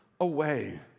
away